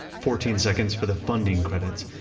fourteen seconds for the funding credits.